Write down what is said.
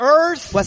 earth